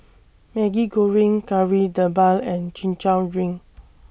Maggi Goreng Kari Debal and Chin Chow Drink